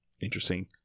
interesting